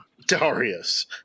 Darius